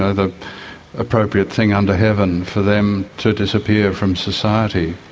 ah the appropriate thing under heaven for them to disappear from society.